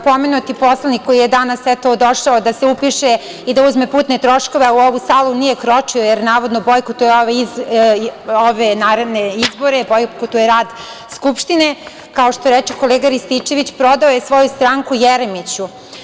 Pomenuti poslanik koji je danas došao da se upiše i da uzme putne troškove, a u ovu salu nije kročio, jer navodno bojkotuje ove naredne izbore, bojkotuje rad Skupštine, kao što reče kolega Rističević prodao je svoju stranku Jeremiću.